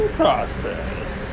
process